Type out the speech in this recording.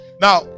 Now